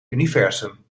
universum